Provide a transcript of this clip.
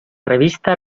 revista